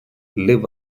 live